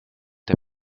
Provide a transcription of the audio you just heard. der